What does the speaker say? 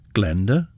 Glenda